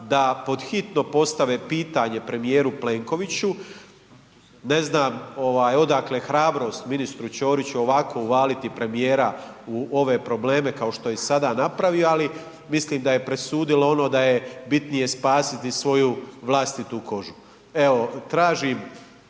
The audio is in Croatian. da pod hitno postave pitanje premijeru Plenkoviću, ne znam ovaj odakle hrabrost ministru Ćoriću ovako uvaliti premijera u ove probleme kao što je sada napravio, ali mislim da je presudilo ono da je bitnije spasiti svoju vlastitu kožu. Evo, tražim